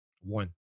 One